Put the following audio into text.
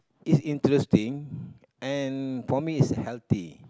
it's interesting and for me it's healthy